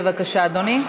בבקשה, אדוני.